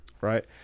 Right